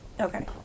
Okay